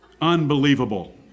Unbelievable